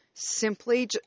Simply